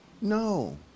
No